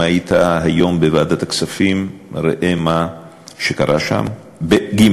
אם היית היום בוועדת הכספים, ראה מה שקרה שם, ג.